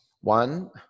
One